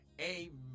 amen